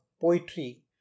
poetry